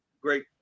great